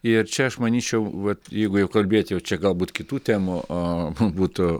ir čia aš manyčiau vat jeigu jau kalbėti jau čia galbūt kitų temų a būtų